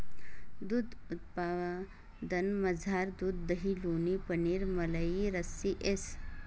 दूध उत्पादनमझार दूध दही लोणी पनीर मलई लस्सी येस